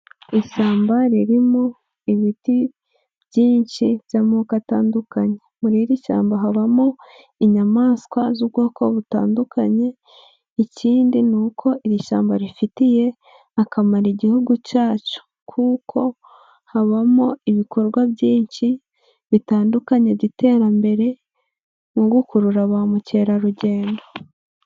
Ishyamba ririmo ibiti byinshi by'amoko atandukanye ,muri iri shyamba habamo inyamaswa z'ubwoko butandukanye ,ikindi ni uko iri shyamba rifitiye akamaro igihugu cyacu ,kuko habamo ibikorwa byinshi bitandukanye by'iterambere nko gukurura ba mukerarugendo.